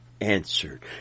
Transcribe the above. answered